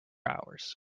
hours